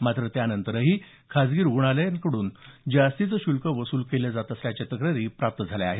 मात्र त्यानंतरही खाजगी रुग्णालय रुग्णांकडून जास्तीचे शुल्क वसूल करत असल्याच्या तक्रारी प्राप्त झाल्या आहेत